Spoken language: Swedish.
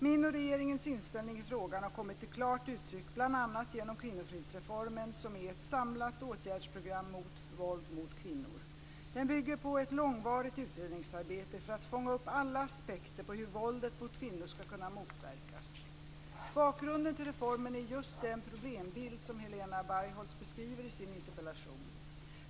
Min och regeringens inställning i frågan har kommit till klart uttryck bl.a. genom kvinnofridsreformen, som är ett samlat åtgärdsprogram mot våld mot kvinnor. Den bygger på ett långvarigt utredningsarbete för att fånga upp alla aspekter på hur våldet mot kvinnor ska kunna motverkas. Bakgrunden till reformen är just den problembild som Helena Bargholtz beskriver i sin interpellation.